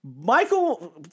Michael